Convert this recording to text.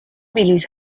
بلیط